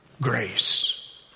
grace